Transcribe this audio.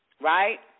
Right